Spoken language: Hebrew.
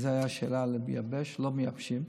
זה בנוגע לייבוש, אנחנו לא מייבשים,